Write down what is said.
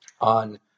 on